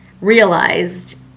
realized